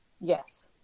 Yes